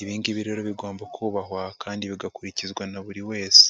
ibi ngibi rero bigomba kubahwa kandi bigakurikizwa na buri wese.